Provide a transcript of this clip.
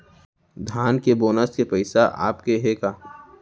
धान के बोनस के पइसा आप गे हे का?